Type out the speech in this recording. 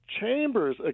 Chambers